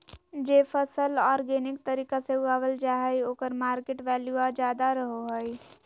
जे फसल ऑर्गेनिक तरीका से उगावल जा हइ ओकर मार्केट वैल्यूआ ज्यादा रहो हइ